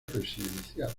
residencial